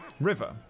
river